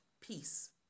peace